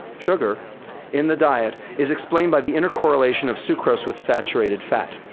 sugar in the diet, is explained by the intercorrelation of sucrose with saturated fat.